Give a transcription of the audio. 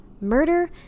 murder